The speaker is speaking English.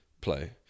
play